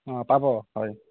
অঁ পাব হয়